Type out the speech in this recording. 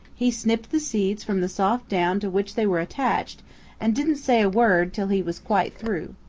he snipped the seeds from the soft down to which they were attached and didn't say a word till he was quite through.